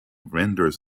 renders